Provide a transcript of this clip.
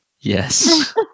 Yes